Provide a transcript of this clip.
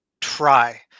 try